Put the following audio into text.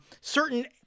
Certain